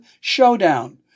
showdown